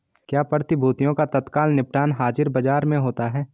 क्या प्रतिभूतियों का तत्काल निपटान हाज़िर बाजार में होता है?